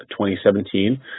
2017